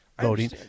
voting